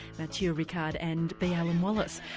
matthieu ricard and b. alan wallace.